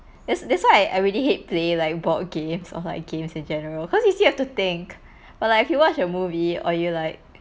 that's that's why I really hate play like board games or like games in general cause you still have to think but like if you watch a movie or you like